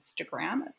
Instagram